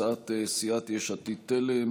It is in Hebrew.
הצעת סיעת יש עתיד-תל"ם,